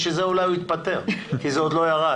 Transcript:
בשביל זה אולי הוא התפטר, כי זה עוד לא ירד.